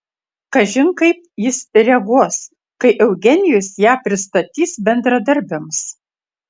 kažin kaip jis reaguos kai eugenijus ją pristatys bendradarbiams